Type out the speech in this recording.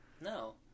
no